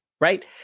Right